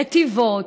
נתיבות.